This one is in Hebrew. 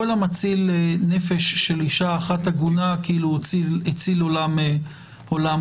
כל המציל נפש של אישה אחת עגונה כאילו הציל עולם ומלואו.